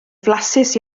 flasus